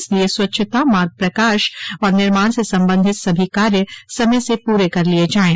इसलिए स्वच्छता मार्ग प्रकाश और निर्माण से संबंधित सभी कार्य समय से पूरे कर लिये जाये